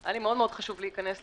היה חשוב לי מאוד להיכנס לכאן.